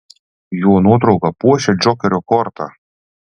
jo nuotrauka puošia džokerio kortą